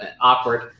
awkward